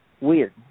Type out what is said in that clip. Weird